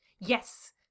Yes